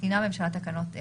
מתקינה הממשלה תקנות אלה: